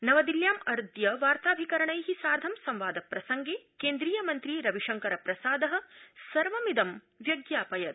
नवदिल्ल्यां अद्य वार्ताभिकरणै साधं संवादप्रसंगे केन्द्रीयमन्त्री रविशंकर प्रसाद सर्वमिदं व्यज्ञापयत्